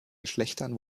geschlechtern